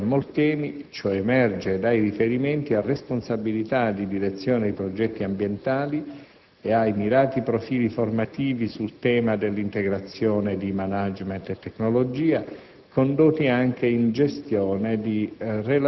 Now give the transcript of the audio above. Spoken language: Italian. Nel caso dell'ingegnere Simone Molteni, ciò emerge dai riferimenti a responsabilità di direzione di progetti ambientali e ai mirati profili formativi sul tema dell'integrazione di *management* e tecnologia,